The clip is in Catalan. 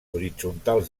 horitzontals